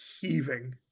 heaving